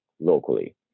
locally